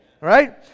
right